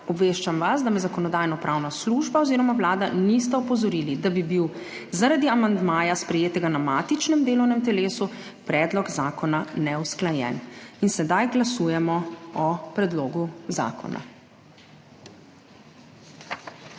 Obveščam vas, da me Zakonodajno-pravna služba oziroma Vlada nista opozorili, da bi bil zaradi amandmaja sprejetega na matičnem delovnem telesu, Predlog zakona neusklajen. In sedaj glasujemo o Predlogu zakona.